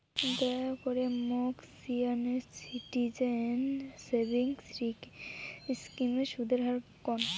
দয়া করে মোক সিনিয়র সিটিজেন সেভিংস স্কিমের সুদের হার কন